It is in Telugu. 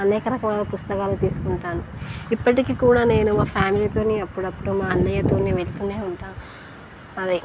అనేక రకమైన పుస్తకాలు తీసుకుంటాను ఇప్పటికీ కూడా నేను మా ఫ్యామిలీతోని అప్పుడప్పుడు మా అన్నయ్యతోని వెళ్తూనే ఉంటా అదే